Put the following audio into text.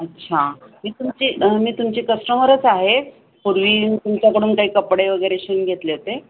अच्छा मी तुमची मी तुमची कस्टमरच आहे पूर्वी तुमच्याकडून काही कपडे वगैरे शिवून घेतले होते